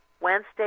Wednesday